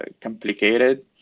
complicated